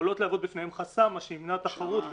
יכולות להוות בפניהם חסם, מה שימנע תחרות בשוק.